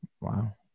Wow